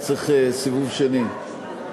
אז צריך סיבוב שני.